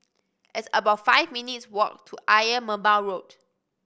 it's about five minutes' walk to Ayer Merbau Road